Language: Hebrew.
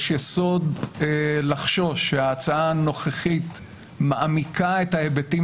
יש יסוד לחשוש שההצעה הנוכחית מעמיקה את ההיבטים